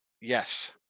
Yes